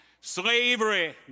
Slavery